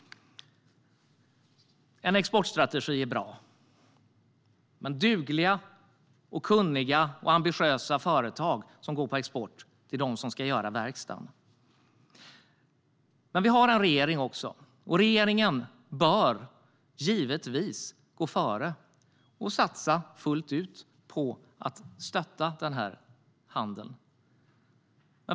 En exportstrategi är bra, men dugliga, kunniga och ambitiösa exportföretag är de som ska sköta verkstan. Regeringen bör givetvis gå före och satsa fullt ut på att stötta denna handel.